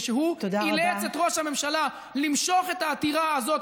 ושהוא אילץ את ראש הממשלה למשוך את העתירה הזאת